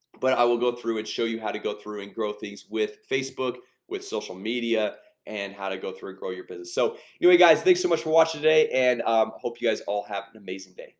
but i will go through and show you how to go through and grow things with facebook with social media and how to go through and grow your business so anyway guys thanks so much for watching today, and hope you guys all have an amazing day